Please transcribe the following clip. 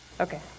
Okay